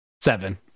Seven